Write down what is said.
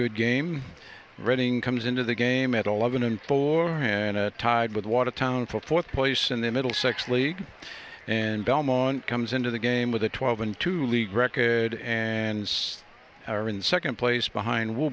good game reading comes into the game at eleven and four and tied with watertown for fourth place in the middlesex league and belmont comes into the game with a twelve in two league record and are in second place behind will